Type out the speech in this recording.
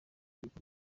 ariko